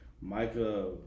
Micah